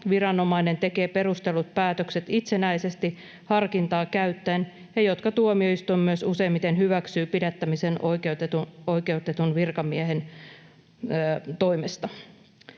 viranomainen tekee itsenäisesti, harkintaa käyttäen perustellut päätökset, jotka tuomioistuin myös useimmiten hyväksyy pidättämiseen oikeutetun virkamiehen toimesta.